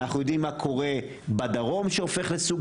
ואנחנו יודעים מה קורה בדרום שהופך לסוג